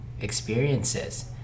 experiences